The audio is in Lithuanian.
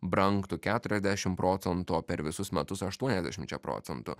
brangtų keturiasdešim procentų o per visus metus aštuoniasdešimčia procentų